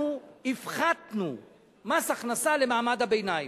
אנחנו הפחתנו מס הכנסה למעמד הביניים,